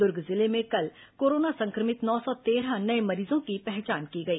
दुर्ग जिले में कल कोरोना संक्रमित नौ सौ तेरह नये मरीजों की पहचान की गई